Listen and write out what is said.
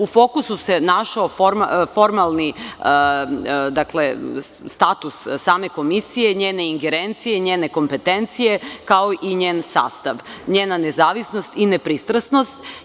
U fokusu se našao formalni status same Komisije, njene ingerencije i njene kompetencije, kao i njen sastav, njena nezavisnost i nepristrasnost.